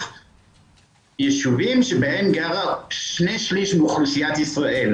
ישובים שבהם גרה 2/3 מאוכלוסיית ישראל.